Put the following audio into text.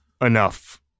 enough